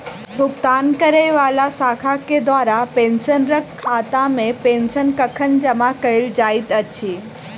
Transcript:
भुगतान करै वला शाखा केँ द्वारा पेंशनरक खातामे पेंशन कखन जमा कैल जाइत अछि